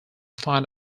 fine